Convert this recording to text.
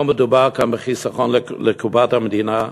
לא מדובר כאן בחיסכון לקופת המדינה,